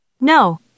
no